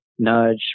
Nudge